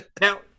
now